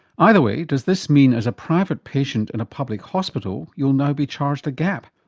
either way, does this mean as a private patient in a public hospital, you'll now be charged a gap?